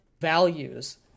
values